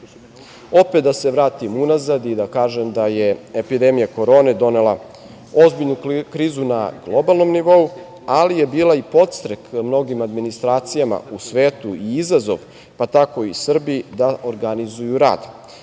da se vratim unazad i da kažem da je epidemija Korone donela ozbiljnu krizu na globalnom nivou, ali je bila i podstrek mnogim administracijama u svetu i izazov, pa tako i Srbiji da organizuju rad.